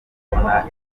kubona